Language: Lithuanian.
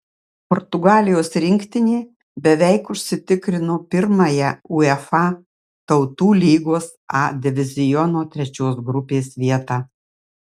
portugalijos rinktinė beveik užsitikrino pirmąją uefa tautų lygos a diviziono trečios grupės vietą